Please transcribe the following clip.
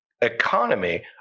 economy